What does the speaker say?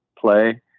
play